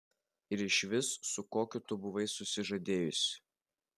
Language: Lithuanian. ir išvis su kokiu tu buvai susižadėjusi